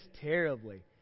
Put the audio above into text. terribly